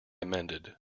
amended